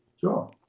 Sure